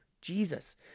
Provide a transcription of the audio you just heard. Jesus